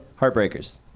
Heartbreakers